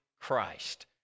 Christ